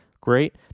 great